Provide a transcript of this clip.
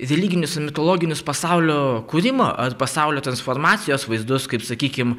religinius ir mitologinius pasaulio kūrimo ar pasaulio transformacijos vaizdus kaip sakykim